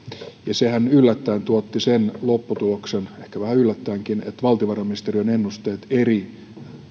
sehän tuotti sen lopputuloksen ehkä vähän yllättäenkin että valtiovarainministeriön ennusteet eri